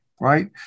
Right